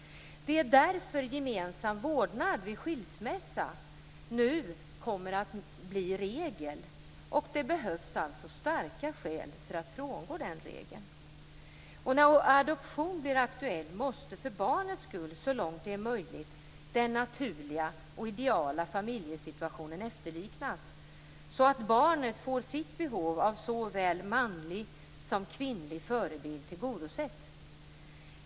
Det är därför som gemensam vårdnad vid skilsmässa nu kommer att bli regel. Det behövs alltså starka skäl för att frångå den regeln. När adoption blir aktuell måste för barnets skull så långt det är möjligt den naturliga och ideala familjesituationen efterliknas så att barnet får sitt behov av såväl manlig som kvinnlig förebild tillgodosett.